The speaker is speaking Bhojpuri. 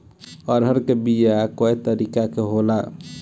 अरहर के बिया कौ तरह के होला?